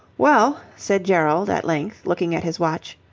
well, said gerald, at length, looking at his watch,